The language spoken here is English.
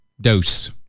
dose